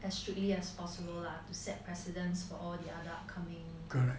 as strictly as possible lah to set precedents for all the other upcoming